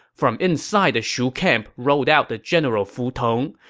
from inside the shu camp rode out the general fu tong,